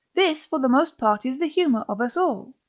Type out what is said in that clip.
this for the most part is the humour of us all,